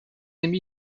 aimé